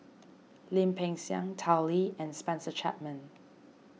Lim Peng Siang Tao Li and Spencer Chapman